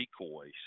decoys